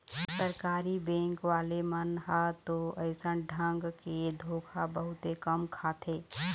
सरकारी बेंक वाले मन ह तो अइसन ढंग के धोखा बहुते कम खाथे